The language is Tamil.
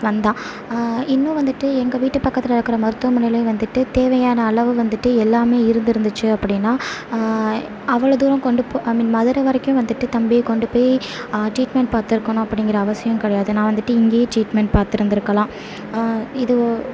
வந்தான் இன்னும் வந்திட்டு எங்கள் வீட்டு பக்கத்தில் இருக்கிற மருத்துவமனையிலையும் வந்திட்டு தேவையான அளவு வந்திட்டு எல்லாமே இருந்திருந்துச்சி அப்படினா அவ்வளோ தூரம் கொண்டு போய் ஐ மீன் மதுரை வரைக்கும் வந்திட்டு தம்பிய கொண்டு போய் ட்ரீட்மெண்ட் பார்த்துருக்கணும் அப்படிங்கிற அவசியம் கிடையாது நான் வந்துட்டு இங்கேயே ட்ரீட்மெண்ட் பார்த்துருந்துக்கலாம் இது